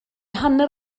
hanner